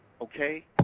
Okay